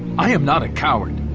i am not a coward!